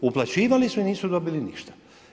Uplaćivali su i nisu dobili ništa.